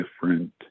different